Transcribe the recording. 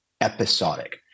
episodic